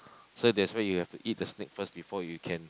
so that's why you have to eat the snake first before you can